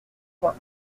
coin